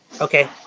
Okay